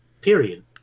Period